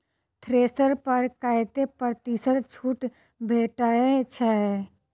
Thresher पर कतै प्रतिशत छूट भेटय छै?